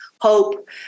hope